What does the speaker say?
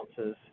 ounces